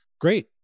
Great